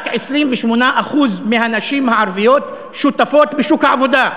רק 28% מהנשים הערביות שותפות בשוק העבודה.